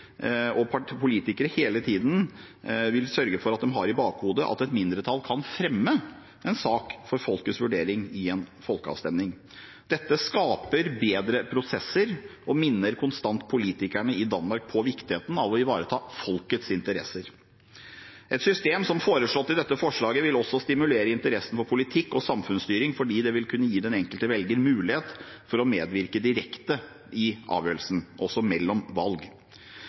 og politikere hele tiden vil sørge for at de har i bakhodet at et mindretall kan fremme en sak for folket til vurdering i en folkeavstemning. Dette skaper bedre prosesser og minner konstant politikerne i Danmark på viktigheten av å ivareta folkets interesser. Et system som foreslått i dette forslaget vil også stimulere interessen for politikk og samfunnsstyring, fordi det vil kunne gi den enkelte velger mulighet til å medvirke direkte i avgjørelsen – også mellom valg.